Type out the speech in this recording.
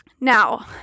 Now